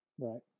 Right